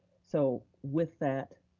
so with that,